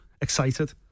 excited